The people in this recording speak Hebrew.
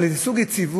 על איזה סוג של יציבות,